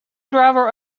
driver